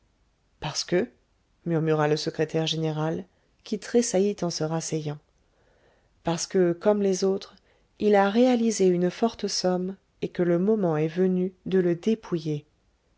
parce que murmura le secrétaire général qui tressaillit en se rasseyant parce que comme les autres il a réalisé une forte somme et que le moment est venu de le dépouiller